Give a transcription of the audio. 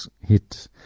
hit